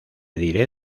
diré